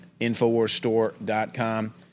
InfoWarsStore.com